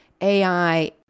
AI